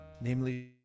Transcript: namely